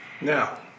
Now